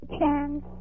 Chance